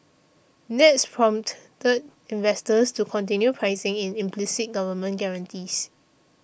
that's prompted investors to continue pricing in implicit government guarantees